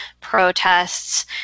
protests